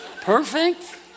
Perfect